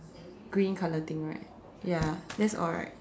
green color thing right ya that's all right